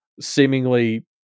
seemingly